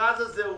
המכרז הזה הוא